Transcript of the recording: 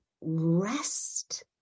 rest